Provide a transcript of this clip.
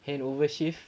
hand over shift